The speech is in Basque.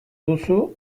duzu